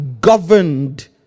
governed